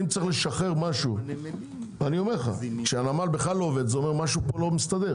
אם צריך לשחרר משהו כשהנמל בכלל לא עובד זה אומר שמשהו פה לא מסתדר.